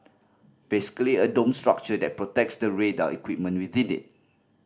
basically a dome structure that protects the radar equipment within it